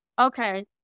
okay